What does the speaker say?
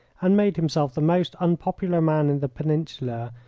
and made himself the most unpopular man in the peninsula,